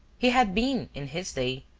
he had been, in his day,